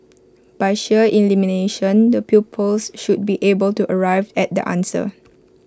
by sheer elimination the pupils should be able to arrive at the answer